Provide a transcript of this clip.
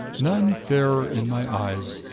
none fairer in my eyes.